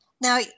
Now